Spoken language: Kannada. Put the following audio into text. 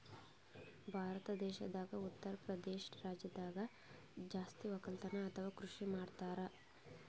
ಭಾರತ್ ದೇಶದಾಗ್ ಉತ್ತರಪ್ರದೇಶ್ ರಾಜ್ಯದಾಗ್ ಜಾಸ್ತಿ ವಕ್ಕಲತನ್ ಅಥವಾ ಕೃಷಿ ಮಾಡ್ತರ್